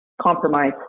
compromise